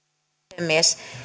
puhemies